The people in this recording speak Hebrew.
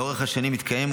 לאורך השנים זה התקיים,